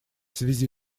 связи